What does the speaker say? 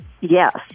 yes